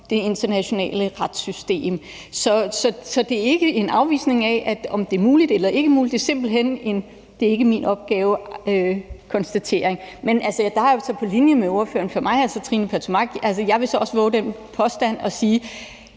det internationale retssystem. Så det er ikke en vurdering af, om det er muligt eller ikke muligt, for det er simpelt hen ikke min opgave at konstatere. Men der er jeg så på linje med ordføreren og fru Trine Pertou Mach, og jeg vil så også vove den påstand at sige,